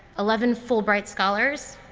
eleven fulbright scholars,